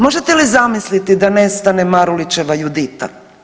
Možete li zamislite da nestane Marulićeva Judita?